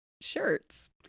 shirts